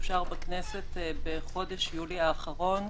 אושר בכנסת בחודש יולי האחרון,